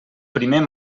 primer